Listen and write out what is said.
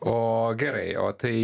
o gerai o tai